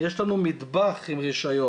יש לנו מטבח עם רישיון.